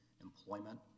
employment